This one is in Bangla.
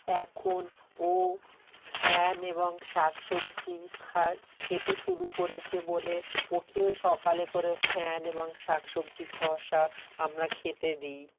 এখন ও ফ্যান এবং শাক সবজি খায় খেতে শুরু করেছে বলে ওকেও সকালে করে ফ্যান এবং শাক সবজির খোসা আমরা খেতে দিই